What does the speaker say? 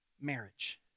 marriage